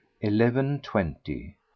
eleven-twenty